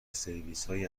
سرویسهای